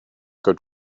good